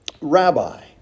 Rabbi